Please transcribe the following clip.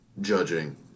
judging